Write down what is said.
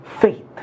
faith